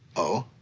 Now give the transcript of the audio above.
oh?